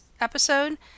episode